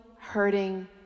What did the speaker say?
hurting